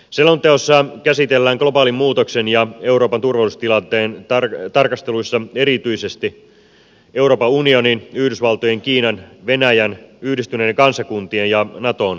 selonteossa käsitellään globaalin muutoksen ja euroopan turvallisuustilanteen tarkasteluissa erityisesti euroopan unionin yhdysvaltojen kiinan venäjän yhdistyneiden kansakuntien ja naton asemaa